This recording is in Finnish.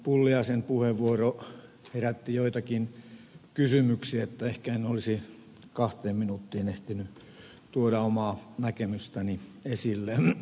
pulliaisen puheenvuoro herätti joitakin kysymyksiä joten ehkä en olisi kahteen minuuttiin ehtinyt tuoda omaa näkemystäni esille